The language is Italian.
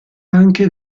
anche